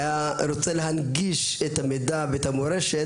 היה רוצה להנגיש את המידע ואת המורשת,